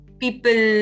people